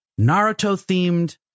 Naruto-themed